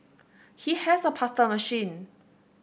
he has a pasta machine